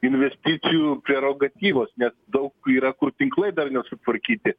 investicijų prerogatyvos nes daug yra kur tinklai dar nesutvarkyti